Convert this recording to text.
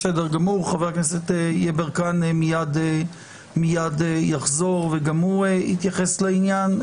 חבר הכנסת יברקן מיד יחזור וגם הוא יתייחס לעניין.